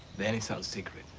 then it's our secret,